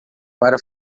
para